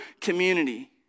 community